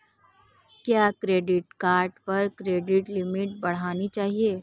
क्या credit card पर credit limit बढ़ानी चाहिए?